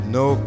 no